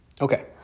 Okay